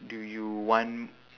do you want